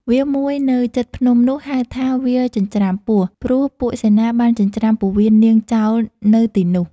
វាលមួយនៅជិតភ្នំនោះ ហៅថា វាលចិញ្ច្រាំពោះ ព្រោះពួកសេនាបានចិញ្ច្រាំពោះវៀននាងចោលនៅទីនោះ។